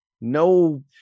no